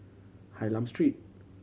Hylam Street